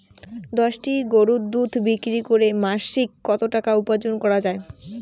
দশটি গরুর দুধ বিক্রি করে মাসিক কত টাকা উপার্জন করা য়ায়?